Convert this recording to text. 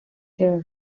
terre